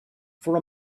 for